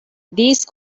these